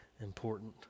important